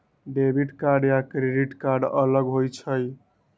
Debit card या credit card अलग होईछ ई?